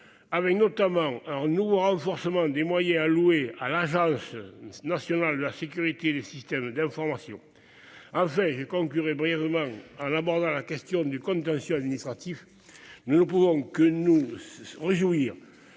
salue notamment un nouveau renforcement des moyens attribués à l'Agence nationale de la sécurité des systèmes d'information. Je conclurai brièvement en abordant la question du contentieux administratif. Nous ne pouvons que nous féliciter